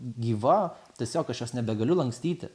gyva tiesiog aš jos nebegaliu lankstyti